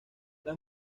las